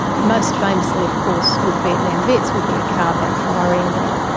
most famously of course with vietnam vets would be a car backfiring or,